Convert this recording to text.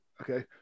okay